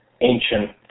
ancient